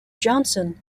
jonson